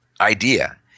idea